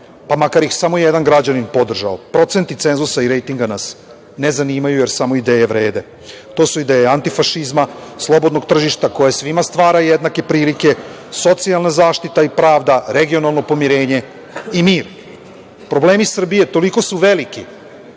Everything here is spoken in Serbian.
pa makar ih samo jedan građanin podržao. Procenti cenzusa i rejtinga nas ne zanimaju, jer samo ideje vrede. To su ideje antifašizma, slobodnog tržišta koje svima stvara jednake prilike, socijalna zaštita i pravda, regionalno pomirenje i mir. Problemi Srbije toliko su veliki